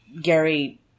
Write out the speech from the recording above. Gary